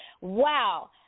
Wow